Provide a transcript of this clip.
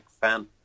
fan